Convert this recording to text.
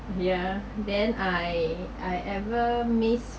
yeah then I I ever miss